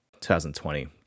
2020